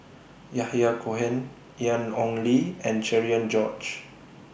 Yahya Cohen Ian Ong Li and Cherian George